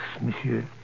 monsieur